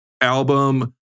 album